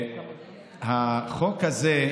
החוק הזה,